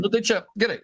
nu tai čia gerai